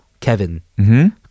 Kevin